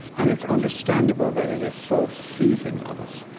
and it's understandable that it is so seizing of us.